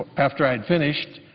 after i had finished,